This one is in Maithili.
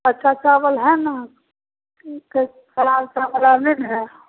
अच्छा चावल हइ ने ठीक हइ खराब चावल आओर नहि ने हइ